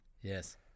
Yes